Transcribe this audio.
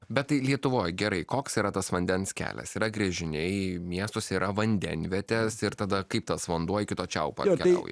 bet tai lietuvoj gerai koks yra tas vandens kelias yra gręžiniai miestuose yra vandenvietės ir tada kaip tas vanduo iki to čiaupo atkeliauja